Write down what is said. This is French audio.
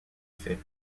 fait